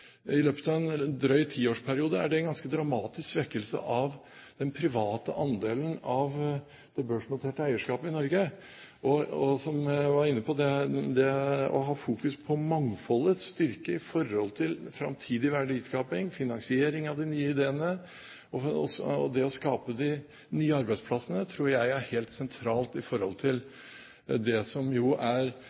I løpet av en drøy tiårsperiode er det en ganske dramatisk svekkelse av den private andelen av det børsnoterte eierskapet i Norge. Som jeg var inne på, tror jeg det å ha fokus på mangfoldets styrke i forhold til framtidig verdiskaping, finansiering av de nye ideene og det å skape de nye arbeidsplassene, er helt sentralt. Vi kan alle være enige om at Norge er et veldig bra land å bo i. Vi er